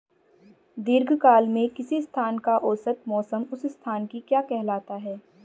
दीर्घकाल में किसी स्थान का औसत मौसम उस स्थान की क्या कहलाता है?